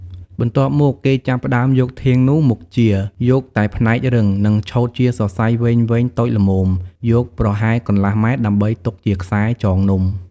បន្ទាប់មក គេចាប់ផ្ដើមយកធាងនោះ មកចៀរ យកតែផ្នែករឹង និងឆូតជាសរសៃវែងៗតូចល្មម យកប្រហែលកន្លះម៉ែត្រ ដើម្បីទុកជាខ្សែចងនំ។